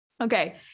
Okay